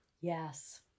Yes